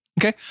Okay